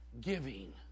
giving